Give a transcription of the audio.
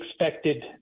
expected